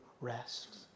rest